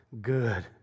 good